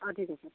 অ ঠিক আছে